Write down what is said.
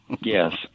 yes